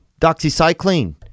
Doxycycline